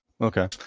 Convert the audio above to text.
Okay